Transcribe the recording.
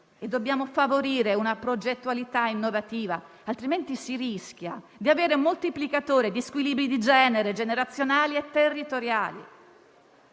Dobbiamo favorire una progettualità innovativa, altrimenti si rischia di avere un moltiplicatore di squilibri di genere, generazionali e territoriali.